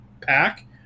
pack